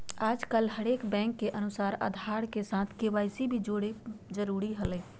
आजकल हरेक बैंक के अनुसार आधार के साथ के.वाई.सी जोड़े ल जरूरी हय